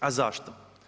A zašto?